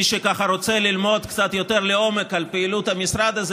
למי שככה רוצה ללמוד קצת יותר לעומק על פעילות המשרד הזה,